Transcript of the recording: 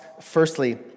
firstly